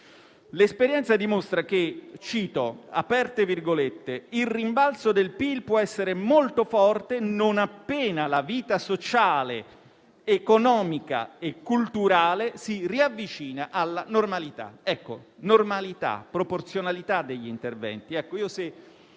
l'esperienza dimostra che il rimbalzo del PIL può essere molto forte non appena la vita sociale, economica e culturale si riavvicina alla normalità. Ecco: normalità, proporzionalità degli interventi.